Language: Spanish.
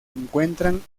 encuentran